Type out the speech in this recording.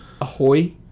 Ahoy